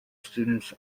students